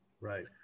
Right